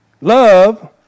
Love